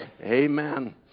Amen